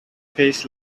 pays